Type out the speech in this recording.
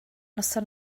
noson